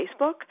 Facebook